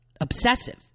obsessive